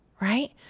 Right